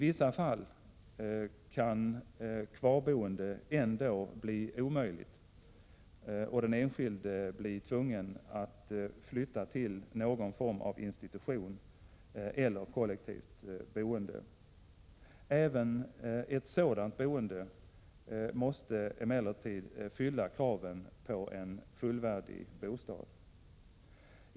I vissa fall kan kvarboende ändå bli omöjligt och den enskilde bli tvungen att flytta till någon form av institution eller kollektivt boende. Även ett sådant boende måste emellertid fylla kraven på en fullvärdig bostad.